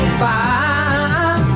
fire